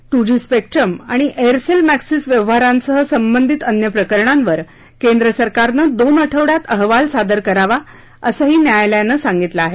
ट्र G spectrum आणि Aircel Maxis व्यवहारांसह संबंधित अन्य प्रकरणांवर केंद्र सरकारनं दोन आठवड्यात अहवाल सादर करावा असंही न्यायालयानं सांगितलं आहे